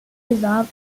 reserve